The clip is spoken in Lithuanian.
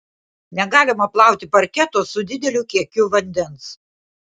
negalima plauti parketo su dideliu kiekiu vandens